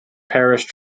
parish